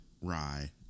Rye